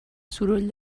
soroll